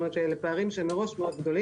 כלומר, אלה פערים שמראש הם מאוד גדולים.